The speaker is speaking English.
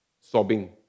sobbing